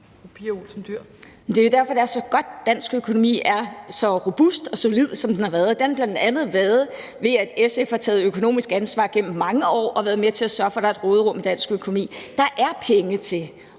Det er jo derfor, det er så godt, at dansk økonomi er så robust og solid, som den har været. Det har den bl.a. været, fordi SF har taget et økonomisk ansvar gennem mange år og været med til at sørge for, at der er et råderum i dansk økonomi. Der er penge til